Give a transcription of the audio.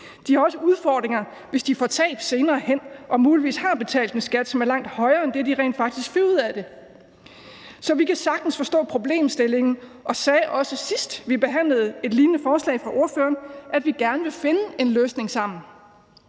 De har også udfordringer, hvis de får tab senere hen og muligvis har betalt en skat, som er langt højere end det, de rent faktisk fik ud af det. Så vi kan sagtens forstå problemstillingen og sagde også sidst, da vi behandlede et lignende forslag fra ordføreren, at vi gerne vil finde en løsning sammen.